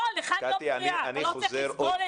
לא, לך אני לא מפריעה, אתה לא צריך לסבול את זה.